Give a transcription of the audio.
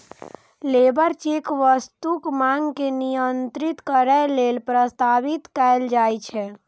labour check वस्तुक मांग के नियंत्रित करै लेल प्रस्तावित कैल जाइ छै